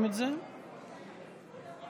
בך אמון.